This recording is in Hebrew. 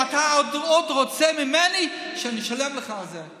ואתה עוד רוצה ממני שאני אשלם לך על זה.